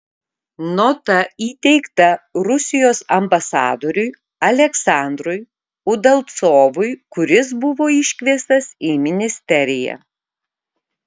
nota įteikta rusijos ambasadoriui aleksandrui udalcovui kuris buvo iškviestas į ministeriją